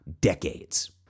decades